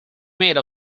made